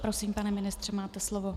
Prosím, pane ministře, máte slovo.